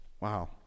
Wow